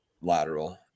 lateral